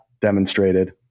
demonstrated